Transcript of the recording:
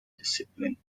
discipline